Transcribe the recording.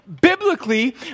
biblically